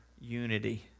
unity